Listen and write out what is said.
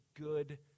good